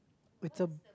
it's a